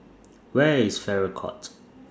Where IS Farrer Court